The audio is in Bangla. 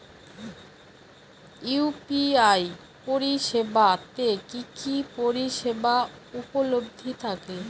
ইউ.পি.আই পরিষেবা তে কি কি পরিষেবা উপলব্ধি থাকে?